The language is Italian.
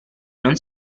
non